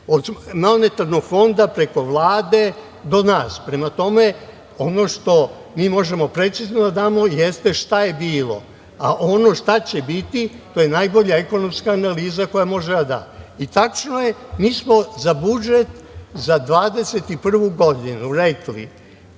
od Monetarnog fonda, preko Vlade do nas. Prema tome, ono što mi možemo precizno da damo jeste šta je bilo, a ono šta će biti to je najbolja ekonomska analiza koja može da da. Tačno je, mi smo za budžet, za 2021. godinu rekli